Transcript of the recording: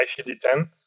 ICD-10